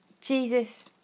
Jesus